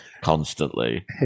constantly